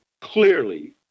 clearly